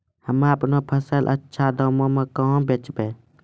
हम्मे आपनौ फसल अच्छा दामों मे कहाँ बेचबै?